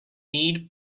need